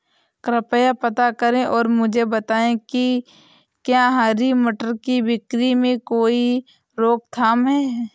कृपया पता करें और मुझे बताएं कि क्या हरी मटर की बिक्री में कोई रोकथाम है?